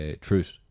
Truth